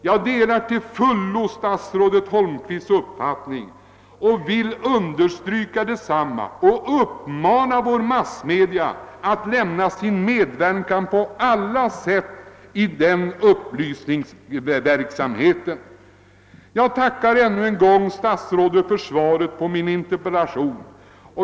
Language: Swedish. Jag vill understryka denna uppfattning och vill uppmana våra massmedier att på allt sätt lämna sin medverkan i denna upplysningsverksamhet. Jag tackar statsrådet Holmqvist ännu en gång för svaret på min interpellation.